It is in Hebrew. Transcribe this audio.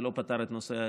זה לא פתר את נושא הכיתות.